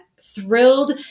thrilled